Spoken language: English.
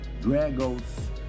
Dragos